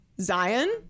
Zion